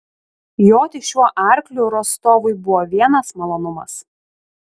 joti šiuo arkliu rostovui buvo vienas malonumas